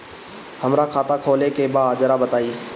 हमरा खाता खोले के बा जरा बताई